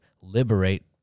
liberate